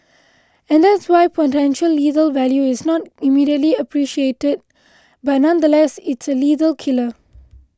and that's why potential lethal value is not immediately appreciated but nonetheless it's a lethal killer